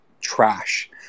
trash